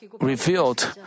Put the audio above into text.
revealed